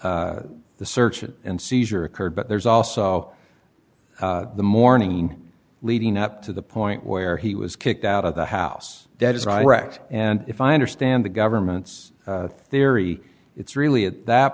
the search and seizure occurred but there's also the mourning leading up to the point where he was kicked out of the house dead as iraq and if i understand the government's theory it's really at that